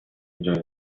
جایزه